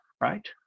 right